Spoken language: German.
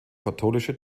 katholische